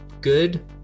good